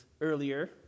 earlier